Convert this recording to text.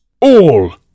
All